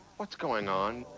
what's going on?